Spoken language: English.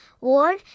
Ward